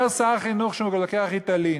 אומר שר החינוך שלנו שהוא לוקח "ריטלין".